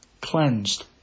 cleansed